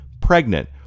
pregnant